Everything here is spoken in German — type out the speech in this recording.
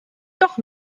doch